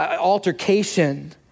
altercation